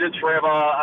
forever